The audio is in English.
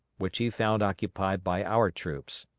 which he found occupied by our troops.